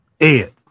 Ed